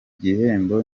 gihembo